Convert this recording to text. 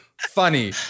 funny